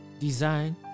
design